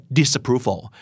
disapproval